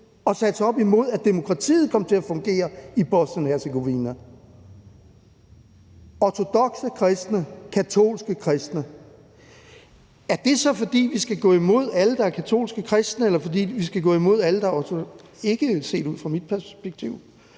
har sat sig op imod, at demokratiet kom til at fungere i Bosnien-Hercegovina – de ortodokse kristne, de katolske kristne. Er det så, fordi vi skal gå imod alle, der er katolske kristne, eller ortodokse kristne? Ikke set ud fra mit perspektiv.